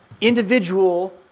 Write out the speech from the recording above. individual